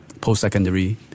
post-secondary